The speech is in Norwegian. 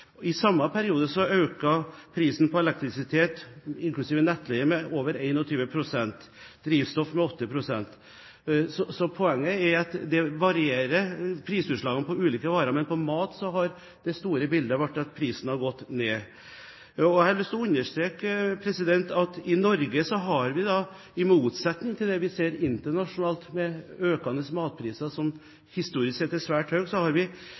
I samme periode økte prisen på elektrisitet, inklusiv nettleie, med over 21 pst. og drivstoff med 8 pst. Poenget er at prisutslagene på ulike varer varierer, men på mat har det store bildet vært at prisen har gått ned. Jeg har lyst til å understreke at vi i Norge har svært stabile forhold på matvaresektoren, i motsetning til det vi ser internasjonalt – med økende matvarepriser historisk sett. De store svingningene vi har